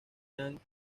yang